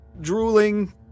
drooling